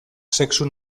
sexu